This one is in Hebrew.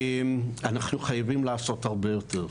אנחנו חייבים לעשות הרבה יותר.